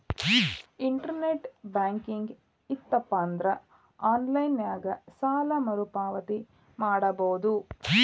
internet banking ಇತ್ತಪಂದ್ರಾ online ನ್ಯಾಗ ಸಾಲ ಮರುಪಾವತಿ ಮಾಡಬೋದು